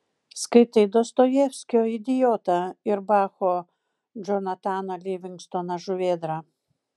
skaitai dostojevskio idiotą ir bacho džonataną livingstoną žuvėdrą